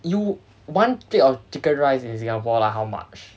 you one plate of chicken rice in singapore lah how much